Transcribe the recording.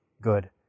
Good